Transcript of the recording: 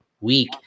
week